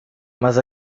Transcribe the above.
mas